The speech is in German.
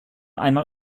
einmal